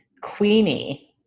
Queenie